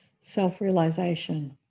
self-realization